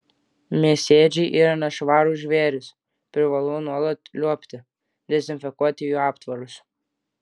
mėsėdžiai yra nešvarūs žvėrys privalau nuolat liuobti dezinfekuoti jų aptvarus